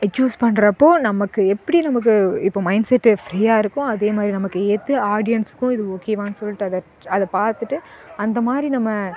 choose பண்ணுறப்போ நமக்கு எப்படி நமக்கு இப்போ மைண்ட் செட்டு ஃப்ரீயாக இருக்கோ அதே மாதிரி நமக்கு எது ஆடியன்ஸ்க்கும் இது ஓகேவானு சொல்லிட்டு அதை அதை பார்த்துட்டு அந்த மாதிரி நம்ம